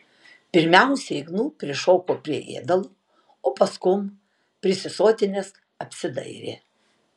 pirmiausiai gnu prišoko prie ėdalo o paskum prisisotinęs apsidairė